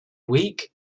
week